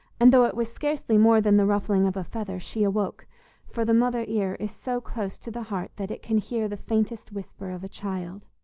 and though it was scarcely more than the ruffling of a feather, she awoke for the mother-ear is so close to the heart that it can hear the faintest whisper of a child.